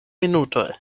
minutoj